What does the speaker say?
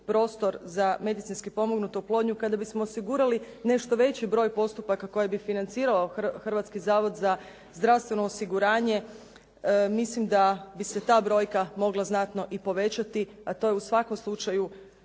za medicinski pomognutu oplodnju, kada bismo osigurali nešto veći broj postupaka koji bi financirao Hrvatski zavod za zdravstveno osiguranje mislim da bi se ta brojka mogla znatno i povećati a to je u svakom slučaju